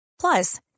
Plus